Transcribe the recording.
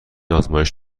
آزمایش